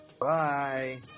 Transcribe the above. Bye